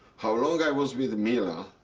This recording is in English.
how long i was with mila,